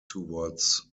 towards